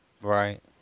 Right